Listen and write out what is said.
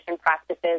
practices